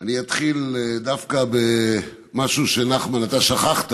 אני אתחיל דווקא במשהו שנחמן, אתה שכחת